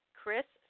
Chris